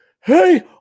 hey